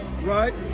Right